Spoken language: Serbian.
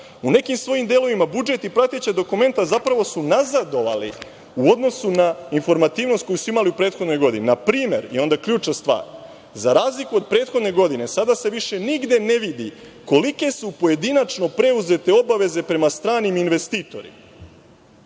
u nekim svojim delovima budžet i prateća dokumenta zapravo su nazadovali u odnosu na informativnost koju su imali u prethodnoj godini. Na primer, i onda ključna stvar, za razliku od prethodne godine, sada se više nigde ne vidi kolike su pojedinačno preuzete obaveze prema stranim investitorima.